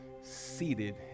seated